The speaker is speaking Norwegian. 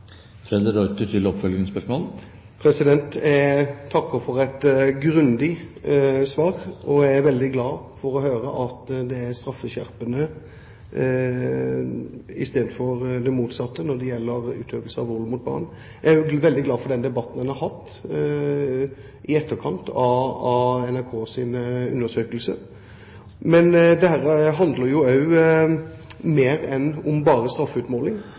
Jeg takker for et grundig svar. Jeg er veldig glad for å høre at det er straffeskjerpende i stedet for det motsatte når det gjelder utøvelse av vold mot barn. Jeg er også veldig glad for den debatten en har hatt i etterkant av NRKs undersøkelse. Men dette handler om mer enn bare straffeutmåling – det handler om